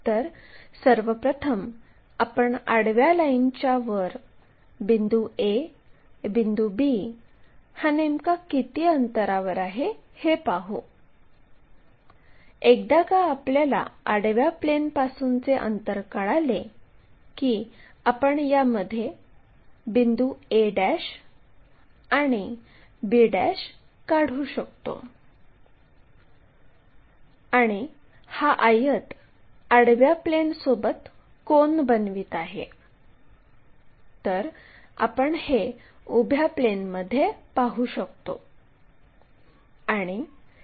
आणि c हा या लाईनच्या खाली 50 मिमी अंतरावर आणि उभ्या प्लेनच्यासमोर आहे तर हे c आहे आणि या प्लेनमध्ये c पासून लोकस काढा